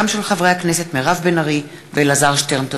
תודה.